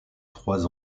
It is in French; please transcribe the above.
trois